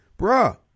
Bruh